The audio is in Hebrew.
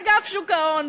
אגף שוק ההון,